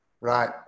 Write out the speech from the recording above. Right